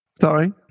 Sorry